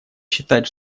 считать